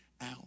out